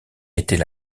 était